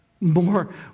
more